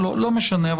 לא משנה.